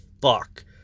fuck